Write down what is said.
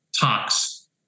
talks